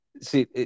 See